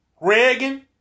Reagan